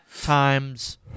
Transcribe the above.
times